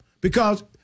because-